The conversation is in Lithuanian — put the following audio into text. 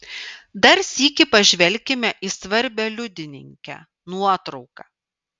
dar sykį pažvelkime į svarbią liudininkę nuotrauką